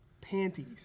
panties